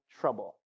trouble